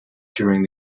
during